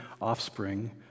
offspring